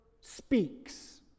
speaks